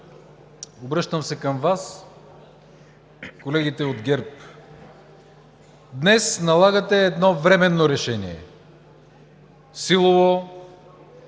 Обръщам се към Вас, колеги от ГЕРБ – днес налагате едно временно решение, силово,